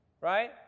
right